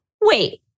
wait